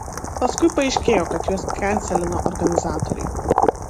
paskui paaiškėjo kad juos kenselino organizatoriai